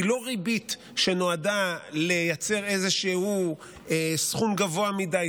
לא ריבית שנועדה לייצר איזשהו סכום גבוה מדי,